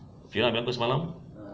fiona bilang aku semalam